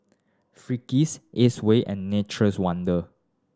Friskies Acwell and Nature's Wonders